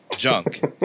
junk